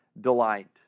delight